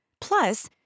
Plus